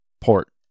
port